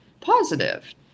Positive